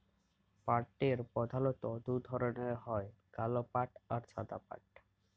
পাটের পরধালত দু ধরলের হ্যয় কাল পাট আর সাদা পাট